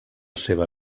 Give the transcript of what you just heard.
seva